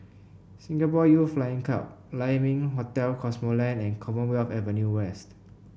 Singapore Youth Flying Club Lai Ming Hotel Cosmoland and Commonwealth Avenue West